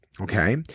Okay